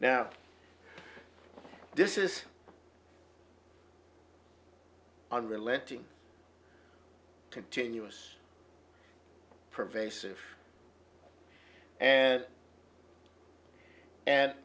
now this is unrelenting continuous pervasive and and